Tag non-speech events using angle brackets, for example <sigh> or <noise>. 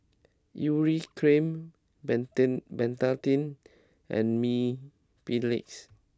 Urea Cream <unintelligible> Betadine and Mepilex